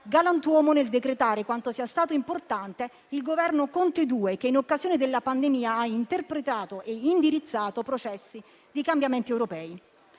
galantuomo nel decretare quanto sia stato importante il Governo Conte II, che, in occasione della pandemia, ha interpretato e indirizzato i processi di cambiamento europei.